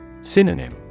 Synonym